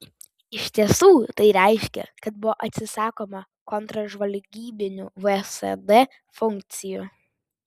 iš tiesų tai reiškė kad buvo atsisakoma kontržvalgybinių vsd funkcijų